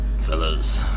fellas